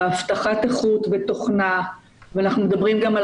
אבטחת איכות ותוכנה ואנחנו מדברים גם על